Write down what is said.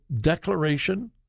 Declaration